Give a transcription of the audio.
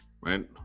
right